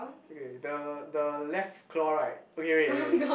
okay the the left claw right okay wait wait